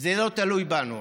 זה לא תלוי בנו.